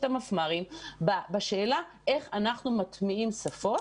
המפמ"רים בשאלה איך אנחנו מטמיעים שפות?